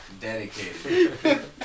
Dedicated